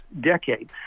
decade